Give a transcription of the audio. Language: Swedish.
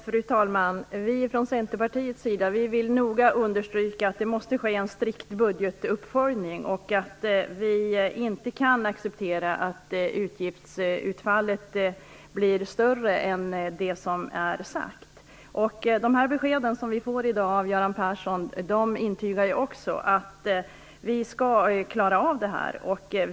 Fru talman! Vi vill från Centerpartiets sida noga understryka att det måste ske en strikt budgetuppföljning och att vi inte kan acceptera att utgiftsutfallet blir större än det som är sagt. De besked som vi i dag får av Göran Persson är att vi skall klara det här.